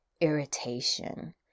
irritation